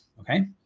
okay